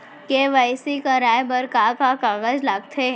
KYC कराये बर का का कागज लागथे?